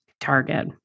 target